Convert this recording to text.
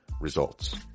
results